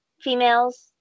females